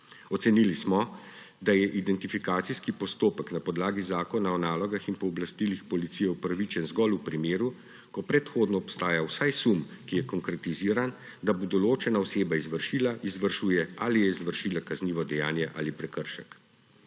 Ocenili smo, da je identifikacijski postopek na podlagi Zakona o nalogah in pooblastilih policije upravičen zgolj v primeru, ko predhodno obstaja vsaj sum, ki je konkretiziran, da bo določena oseba izvršila, izvršuje ali je izvršila kaznivo dejanje ali prekršek.